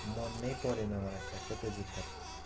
मन नै परेन मलाई ठ्याक्कै त्यो जुत्ता त